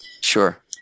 Sure